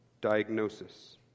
diagnosis